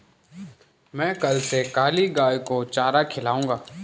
मैं कल से काली गाय को चारा खिलाऊंगा